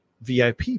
VIP